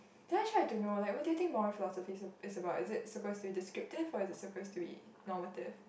then actually I don't know like what do you think moral philosophy is is about is it suppose to be disruptive or is it suppose to be normative